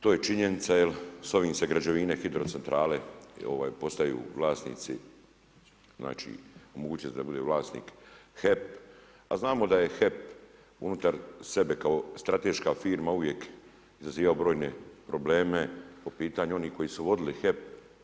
To je činjenica, jer sa ovim se građevine, hidrocentrale postaju vlasnici, znači omogućuje se da bude vlasnik HEP, a znamo da je HEP unutar sebe kao strateška firma uvijek zazivao brojne probleme po pitanju onih koji su vodili HEP.